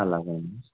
అలాగా అండి